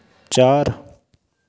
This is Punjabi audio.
ਚਾਰ